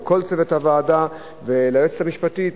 לכל צוות הוועדה וליועצת המשפטית,